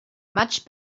much